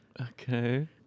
Okay